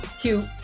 cute